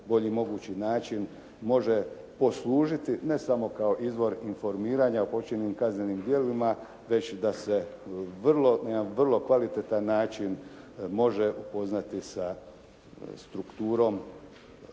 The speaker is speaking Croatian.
najbolji mogući način može poslužiti, ne samo kao izvor informiranja o počinjenim kaznenim djelima, već i da se na jedan vrlo kvalitetan način može upoznati sa strukturom